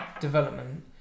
development